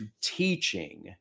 teaching